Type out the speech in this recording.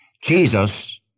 Jesus